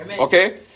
Okay